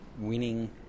winning